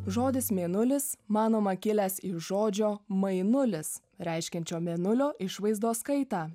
žodis mėnulis manoma kilęs iš žodžio mainulis reiškiančio mėnulio išvaizdos kaitą